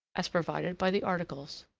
as provided by the articles.